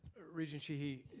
regent sheehy.